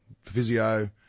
physio